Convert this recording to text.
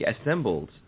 assembled